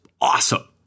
awesome